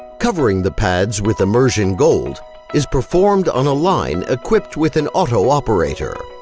covering the pads with immersion gold is performed on a line equipped with an auto-operator.